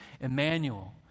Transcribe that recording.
Emmanuel